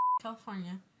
California